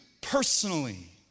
personally